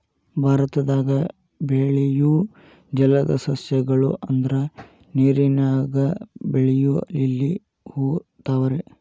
ಭಾರತದಾಗ ಬೆಳಿಯು ಜಲದ ಸಸ್ಯ ಗಳು ಅಂದ್ರ ನೇರಿನಾಗ ಬೆಳಿಯು ಲಿಲ್ಲಿ ಹೂ, ತಾವರೆ